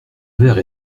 verre